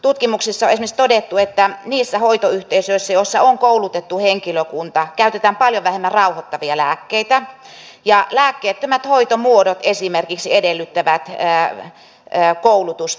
tutkimuksissa on esimerkiksi todettu että niissä hoitoyhteisöissä joissa on koulutettu henkilökunta käytetään paljon vähemmän rauhoittavia lääkkeitä ja esimerkiksi lääkkeettömät hoitomuodot edellyttävät koulutusta